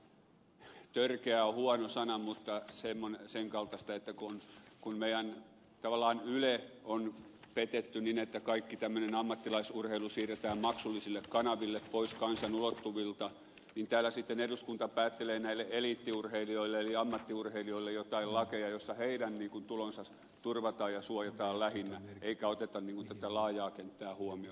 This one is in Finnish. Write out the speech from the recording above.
eli sinänsä tämä on vähän törkeä on huono sana mutta jotain sen kaltaista että kun meillä tavallaan yle on petetty niin että kaikki tämmöinen ammattilaisurheilu siirretään maksullisille kanaville pois kansan ulottuvilta niin täällä sitten eduskunta päättää näille eliittiurheilijoille eli ammattiurheilijoille kohdennetuista laeista joissa heidän tulonsa turvataan ja suojataan lähinnä eikä oteta tätä laajaa kenttää huomioon